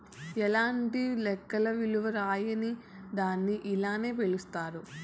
ఎలాంటి లెక్క విలువ రాయని దాన్ని ఇలానే పిలుత్తారు